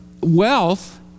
wealth